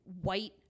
white